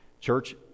Church